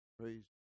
Praise